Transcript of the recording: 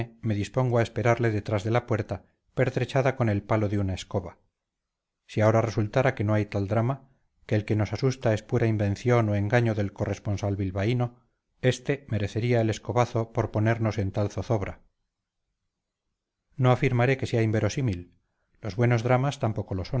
me dispongo a esperarle detrás de la puerta pertrechada con el palo de una escoba si ahora resultara que no hay tal drama que el que nos asusta es pura invención o engaño del corresponsal bilbaíno este merecería el escobazo por ponernos en tal zozobra no afirmaré que sea inverosímil los buenos dramas tampoco lo